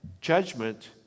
judgment